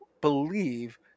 believe